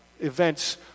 events